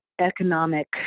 economic